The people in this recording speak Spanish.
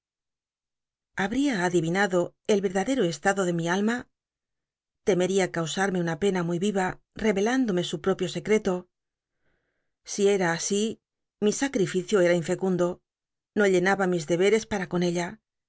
nd ivinado el edadcto estado de mi alma tcmel'ia eausarinc un pena muy l'il'a tel'elándomc su propio secreto si era a í mi sacrificio era infecundo no llenaba mis deberes pam con ella